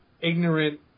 ignorant